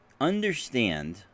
understand